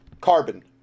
carbon